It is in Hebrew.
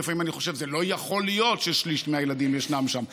לפעמים אני חושב שלא יכול להיות ששליש מהילדים ישנם שם,